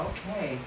Okay